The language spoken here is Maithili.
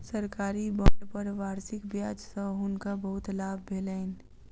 सरकारी बांड पर वार्षिक ब्याज सॅ हुनका बहुत लाभ भेलैन